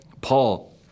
Paul